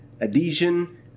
adhesion